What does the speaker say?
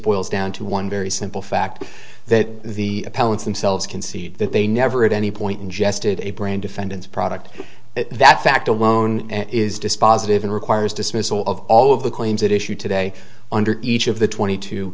boils down to one very simple fact that the appellant themselves concede that they never at any point ingested a brain defendant's product that fact alone is dispositive and requires dismissal of all of the claims that issue today under each of the twenty two